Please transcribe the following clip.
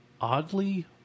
oddly